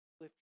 lift